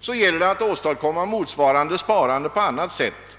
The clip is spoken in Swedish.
så gäller det att åstadkomma motsvarande sparande på annat sätt.